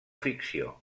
ficció